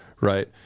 Right